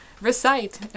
Recite